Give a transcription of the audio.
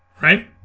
right